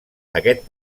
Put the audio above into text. aquest